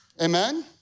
amen